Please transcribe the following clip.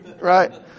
right